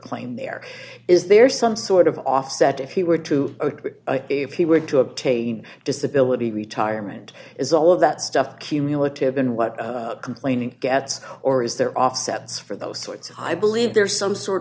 claim there is there some sort of offset if he were to if he were to obtain disability retirement is all of that stuff cumulative and what complaining gets or is there offsets for those sorts i believe there's some sort